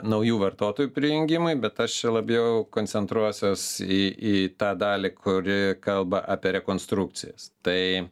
naujų vartotojų prijungimui bet aš čia labiau koncentruosiuos į į tą dalį kuri kalba apie rekonstrukcijas tai